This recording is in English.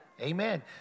Amen